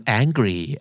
angry